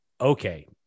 okay